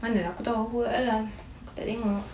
mana lah aku tahu aku kat dalam aku tak tengok